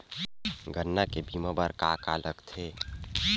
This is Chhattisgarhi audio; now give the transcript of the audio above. गन्ना के बीमा बर का का लगथे?